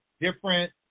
different